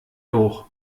hoch